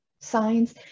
signs